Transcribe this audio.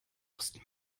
mussten